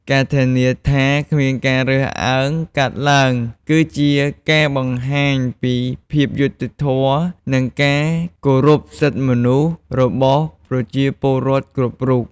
ការធានាថាគ្មានការរើសអើងកើតឡើង គឺជាការបង្ហាញពីភាពយុត្តិធម៌ និងការគោរពសិទ្ធិមនុស្សរបស់ប្រជាពលរដ្ឋគ្រប់រូប។